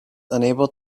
unable